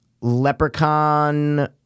Leprechaun